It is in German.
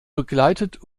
begleitet